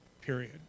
Period